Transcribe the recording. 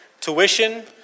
tuition